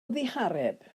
ddihareb